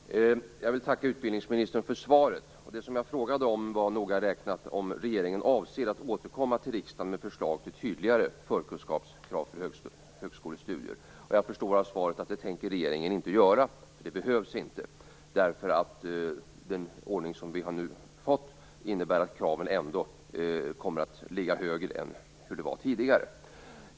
Fru talman! Jag vill tacka utbildningsministern för svaret. Det jag frågade om var noga räknat om regeringen avser att återkomma till riksdagen med förslag till tydligare förkunskapskrav för högskolestudier. Jag förstår av svaret att det tänker regeringen inte göra. Det behövs inte, därför att den ordning vi nu fått innebär att kraven ändå kommer att ligga högre än tidigare.